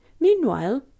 Meanwhile